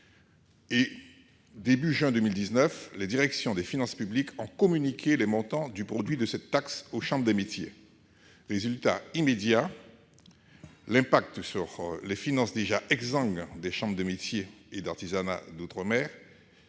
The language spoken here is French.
début de juin 2019, les directions des finances publiques ont communiqué les montants du produit de cette taxe aux chambres de métiers. Le résultat a été immédiat : l'impact sur les finances déjà exsangues des chambres de métiers et de l'artisanat d'outre-mer